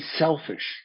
selfish